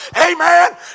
Amen